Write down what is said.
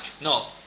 no